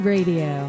Radio